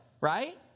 right